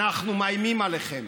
אנחנו מאיימים עליכם.